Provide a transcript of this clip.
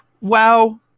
WoW